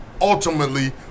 ultimately